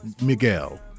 Miguel